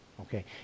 okay